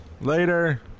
Later